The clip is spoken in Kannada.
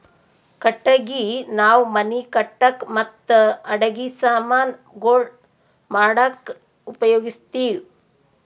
ಕಟ್ಟಗಿ ನಾವ್ ಮನಿ ಕಟ್ಟಕ್ ಮತ್ತ್ ಅಡಗಿ ಸಮಾನ್ ಗೊಳ್ ಮಾಡಕ್ಕ ಉಪಯೋಗಸ್ತಿವ್